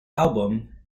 album